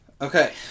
Okay